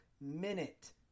minute